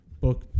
book